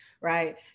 right